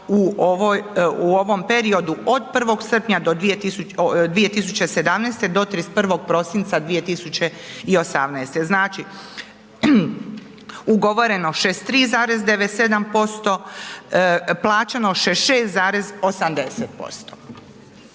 u ovom periodu od 1. srpnja 2017. do 31. prosinca 2018. Znači, ugovoreno 63,97%, plaćeno 66,80%.